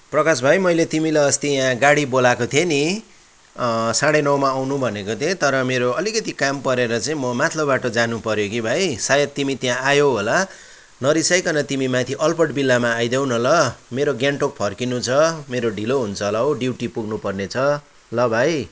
प्रकाश भाइ मैले तिमीलाई अस्ति गाडी बोलाको थिएँ नि साँढे नौमा आउनु भनेको थिएँ तर मेरो अलिकति काम परेर चाहिँ म माथिल्लो बाटो जानु पऱ्यो कि भाइ सायद तिमी त्यहाँ आयौ होला नरिसाईकन तिमी माथि अल्बर्ट भिल्लामा आइदेऊ न ल मेरो गान्तोक फर्किनु छ मेरो ढिलो हुन्छ होला हौ ड्युटी पुग्नुपर्ने छ ल भाइ